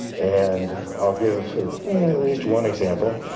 and i'll give at least one example.